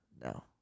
No